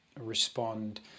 respond